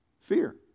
Fear